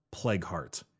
Plagueheart